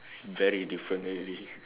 very different already